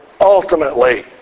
ultimately